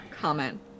comment